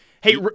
Hey